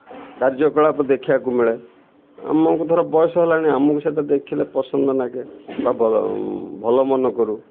କାର୍ଯ୍ୟକଳାପ ଦେଖିବାକୁ ମିଳେ ଆମକୁ ଧର ବୟସ ହେଲାଣି ଆମକୁ ସେଇଟା ଦେଖିଲେ ପସନ୍ଦ ଲାଗେ ବା ଭଲ ଭଲ ମନେକରୁ